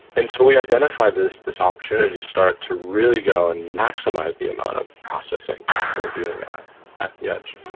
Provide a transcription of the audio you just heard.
and so we identified this this opportunity to start to really go and maximize the amount of processing we're doing at at the edge.